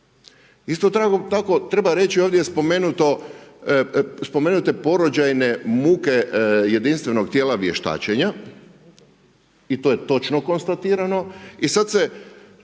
Isto tako treba reći, ovdje je spomenute porođajne muke jedinstvenog tijela vještačenja i to je točno konstatirano i sad se